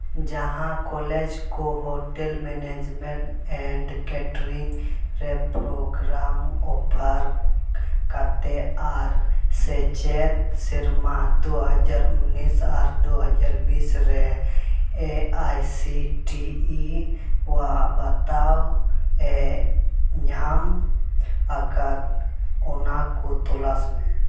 ᱡᱟᱦᱟᱸ ᱠᱚᱞᱮᱡᱽ ᱠᱚ hotel management and catering ᱨᱮ ᱯᱨᱳᱜᱨᱟᱢ ᱚᱯᱷᱟᱨ ᱠᱟᱛᱮ ᱟᱨ ᱥᱮᱪᱮᱫ ᱥᱮᱨᱢᱟ ᱫᱩᱡᱟᱦᱟᱨ ᱩᱱᱤᱥ ᱟᱨ ᱫᱩᱦᱟᱡᱟᱨ ᱵᱤᱥ ᱨᱮ A I C T E ᱟᱜ ᱵᱟᱛᱟᱣᱮ ᱧᱟᱢ ᱟᱠᱟᱫ ᱚᱱᱟ ᱠᱚ ᱛᱚᱞᱟᱥ ᱢᱮ